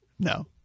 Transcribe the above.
No